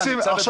אני מעריך אותך,